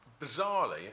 Bizarrely